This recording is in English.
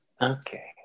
Okay